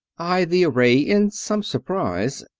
eyed the array in some surprise.